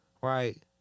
right